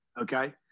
okay